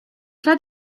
tra